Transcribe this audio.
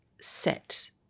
set